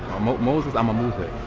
moses? um moses,